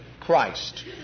Christ